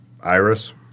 Iris